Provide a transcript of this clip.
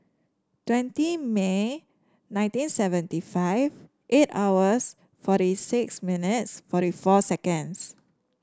twenty May nineteen seventy five eight hours forty six minutes forty four seconds